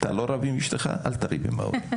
אתה לא רב עם אשתך אל תריב עם ההורים.